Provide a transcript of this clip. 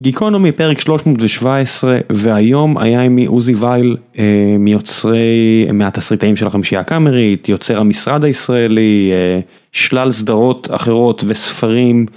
גיקונומי פרק 317 והיום היה עימי עוזי וייל מיוצרי מהתסריטאים של החמישיה הקאמרית יוצר המשרד הישראלי שלל סדרות אחרות וספרים.